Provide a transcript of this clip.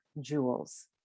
jewels